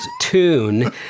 tune